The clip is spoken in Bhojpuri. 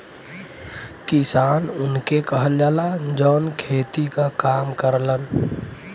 किसान उनके कहल जाला, जौन खेती क काम करलन